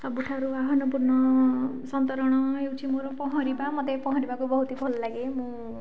ସବୁଠାରୁ ଆହ୍ୱାନପୂର୍ଣ୍ଣ ସନ୍ତରଣ ହେଉଛି ମୋର ପହଁରିବା ମୋତେ ପହଁରିବାକୁ ବହୁତ ଭଲ ଲାଗେ ମୁଁ